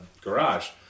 garage